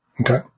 Okay